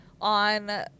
on